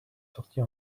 sortie